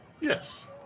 Yes